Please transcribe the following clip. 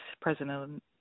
President